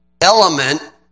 element